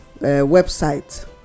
website